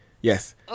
yes